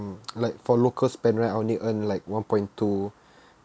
like for local spend right I only earn like one point two